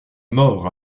mort